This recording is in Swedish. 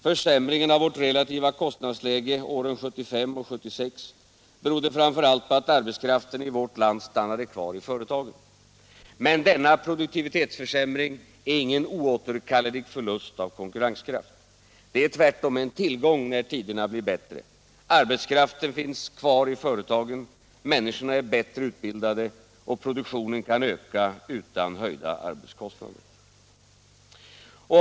Försämringen av vårt relativa kostnadsläge åren 1975 och 1976 berodde framför allt på att arbetskraften i vårt land stannade kvar i företagen. Men denna produktivitetsförsämring är ingen oåterkallelig förlust av konkurrenskraft. Det är tvärtom en tillgång när tiderna blir bättre — arbetskraften finns kvar i företagen, människorna är bättre utbildade och produktionen kan öka utan höjda arbetskostnader.